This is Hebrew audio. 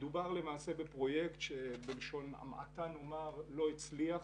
מדובר למעשה בפרויקט שבלשון המעטה נאמר לא הצליח.